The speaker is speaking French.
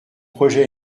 projet